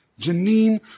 Janine